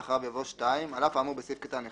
ואחריו יבוא: (2) על אף האמור בסעיף קטן (1),